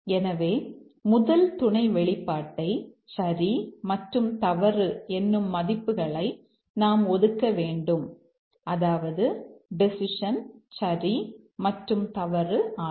எனவே முதல் துணை வெளிப்பாட்டை சரி மற்றும் தவறு என்னும் மதிப்புகளை நாம் ஒதுக்க வேண்டும் அதாவது டெசிஷன் சரி மற்றும் தவறு ஆகும்